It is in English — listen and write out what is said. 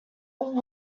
what